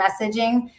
messaging